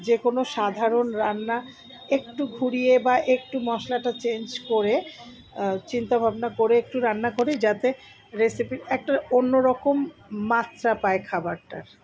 যে কোনো সাধারণ রান্না একটু ঘুরিয়ে বা একটু মশলাটা চেঞ্জ করে চিন্তাভাবনা করে একটু রান্না করি যাতে রেসিপি একটা অন্যরকম মাত্রা পায় খাবারটার